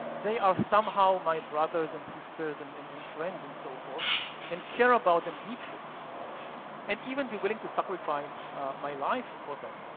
they are somehow my brothers and sisters and and friends and so forth and care about them deeply and even be willing to sacrifice my life for them.